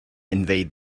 invade